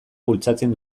bultzatzen